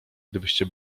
gdybyście